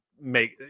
make